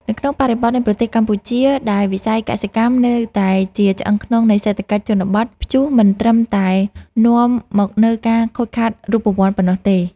នៅក្នុងបរិបទនៃប្រទេសកម្ពុជា ដែលវិស័យកសិកម្មនៅតែជាឆ្អឹងខ្នងនៃសេដ្ឋកិច្ចជនបទ ព្យុះមិនត្រឹមតែនាំមកនូវការខូចខាតរូបវន្តប៉ុណ្ណោះទេ។